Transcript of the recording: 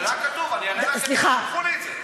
זה היה כתוב, אני אראה לך את זה, שלחו לי את זה.